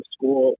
School